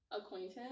acquaintance